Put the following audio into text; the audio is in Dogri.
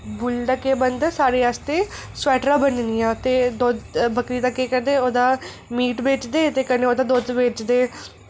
बूल दा केह् बनदा साढ़े आस्तै स्वैटरां बननियां ते दुद्ध बकरी दा केह् करदे ओह्दा मीट बेचदे ते कन्नै ओह्दा दुद्ध बेचदे